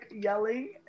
yelling